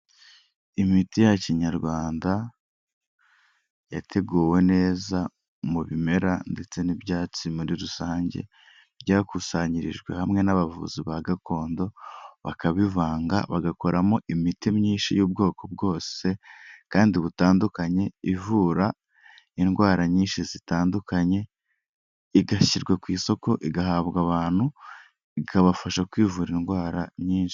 Imiti ya Kinyarwanda yateguwe neza mu bimera ndetse n'ibyatsi muri rusange byakusanyirijwe hamwe n'abavuzi ba gakondo bakabivanga, bagakoramo imiti myinshi y'ubwoko bwose kandi butandukanye ivura indwara nyinshi zitandukanye, igashyirwa ku isoko, igahabwa abantu, ikabafasha kwivura indwara nyinshi.